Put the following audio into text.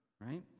right